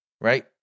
Right